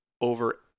over